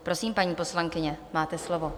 Prosím, paní poslankyně, máte slovo.